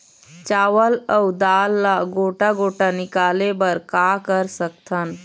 चावल अऊ दाल ला गोटा गोटा निकाले बर का कर सकथन?